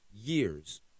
years